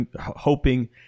hoping